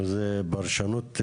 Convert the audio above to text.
זה נתון לפרשנות,